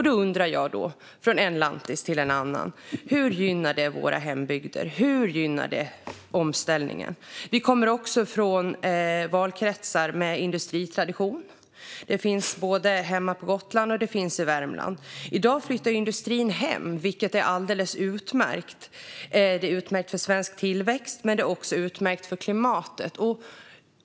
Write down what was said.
Då undrar jag, från en lantis till en annan: Hur gynnar detta våra hembygder, och hur gynnar det omställningen? Vi kommer också från valkretsar med industritradition. Det finns både hemma på Gotland och i Värmland. I dag flyttar industrin hem, vilket är alldeles utmärkt. Det är utmärkt för svensk tillväxt men också för klimatet.